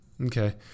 Okay